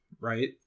right